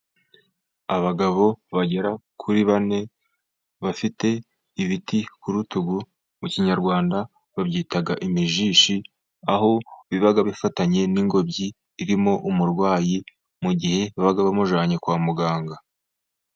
Abagabo bagera kuri bane, bafite ibiti ku rutugu, mu kinyarwanda babyita imijishi, aho biba bifatanye n'ingobyi irimo umurwayi, mu gihe baba bamujyanye kwa muganga.